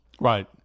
Right